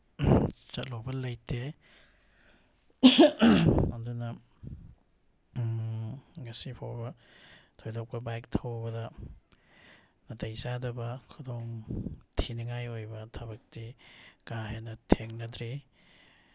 ꯆꯠꯂꯨꯕ ꯂꯩꯇꯦ ꯑꯗꯨꯅ ꯉꯁꯤꯐꯥꯎꯕ ꯊꯣꯏꯗꯣꯛꯄ ꯕꯥꯏꯛ ꯊꯧꯕꯗ ꯅꯥꯇꯩ ꯆꯥꯗꯕ ꯈꯨꯗꯣꯡ ꯊꯤꯅꯤꯡꯉꯥꯏ ꯑꯣꯏꯕ ꯊꯕꯛꯇꯤ ꯀꯥ ꯍꯦꯟꯅ ꯊꯦꯡꯅꯗ꯭ꯔꯤ